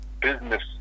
business